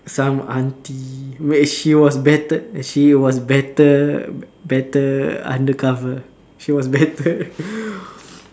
some auntie wait she was better she was better better undercover she was better